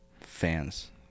fans